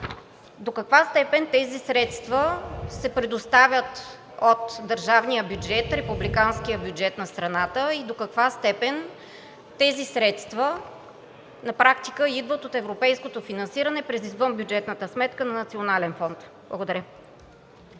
До каква степен тези средства се предоставят от държавния бюджет, републиканския бюджет на страната и до каква степен тези средства на практика идват от европейското финансиране през извънбюджетната сметка на Националния фонд? Благодаря